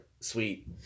sweet